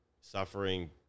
suffering